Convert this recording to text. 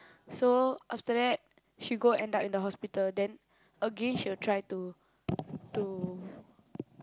so after that she go and died in the hospital then again she will try to to